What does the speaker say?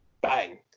bang